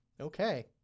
Okay